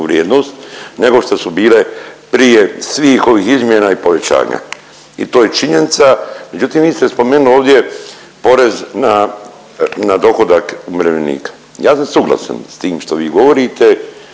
vrijednost, nego što su bile prije svih ovih izmjena i povećanja i to je činjenica. Međutim vi ste spomenuo ovdje porez na, na dohodak umirovljenika. Ja sam suglasan s tim što vi govorite